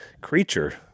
creature